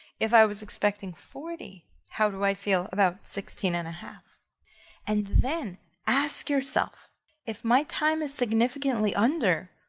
if i was expecting forty how do i feel about sixteen and a half and then ask yourself if my time is significantly under,